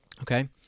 Okay